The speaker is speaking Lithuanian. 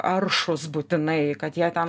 aršūs būtinai kad jie ten